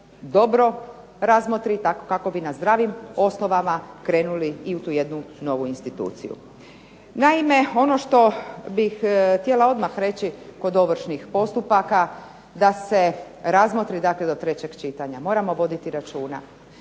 dobro razmotrit kako bi na zdravim osnovama krenuli i u tu jednu novu instituciju. Naime, ono što bih htjela odmah reći kod ovršnih postupaka da se razmotri dakle do trećeg čitanja. Moramo voditi računa